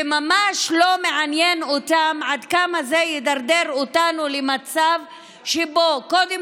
וממש לא מעניין אותם עד כמה זה ידרדר אותנו למצב שבו קודם